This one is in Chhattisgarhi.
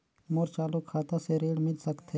मोर चालू खाता से ऋण मिल सकथे?